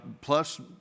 plus